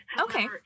okay